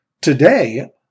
today